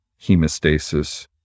hemostasis